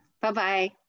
Bye-bye